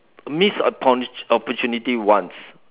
missed oppo~ opportunity once